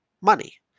money